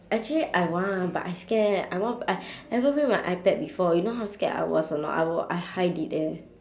actually I want but I scared I want b~ I never bring my ipad before you know how scared I was or not I w~ I hide it eh